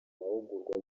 mahugurwa